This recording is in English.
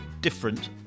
different